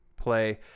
play